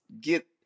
get